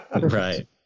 Right